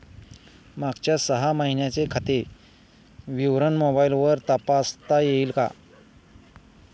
मागच्या सहा महिन्यांचे खाते विवरण मोबाइलवर तपासता येईल का?